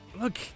look